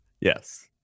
Yes